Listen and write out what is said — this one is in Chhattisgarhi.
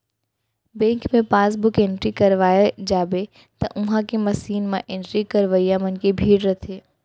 बेंक मे पासबुक एंटरी करवाए जाबे त उहॉं के मसीन म एंट्री करवइया मन के भीड़ रथे